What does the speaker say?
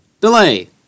delay